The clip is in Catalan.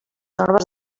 normes